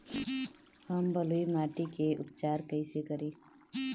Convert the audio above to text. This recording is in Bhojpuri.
हम बलुइ माटी के उपचार कईसे करि?